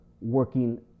working